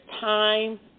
time